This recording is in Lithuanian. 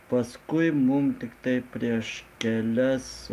paskui mum tiktai prieš kelias